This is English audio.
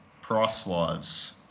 price-wise